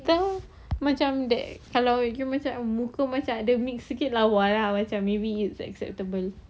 [tau] kalau you that macam muka macam ada mix sikit lawa ah maybe it's acceptable